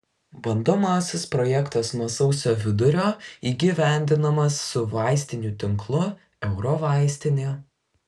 bandomasis projektas nuo sausio vidurio įgyvendinamas su vaistinių tinklu eurovaistinė